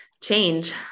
change